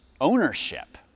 ownership